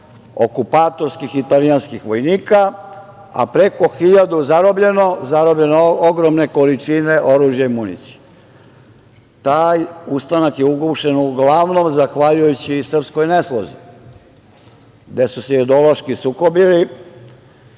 okupatorskih italijanskih vojnika, a preko 1.000 zarobljeno, zarobljene ogromne količine oružja i municije. Taj ustanak je ugušen uglavnom zahvaljujući srpskoj neslozi, gde su se ideološki sukobili